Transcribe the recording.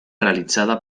realitzada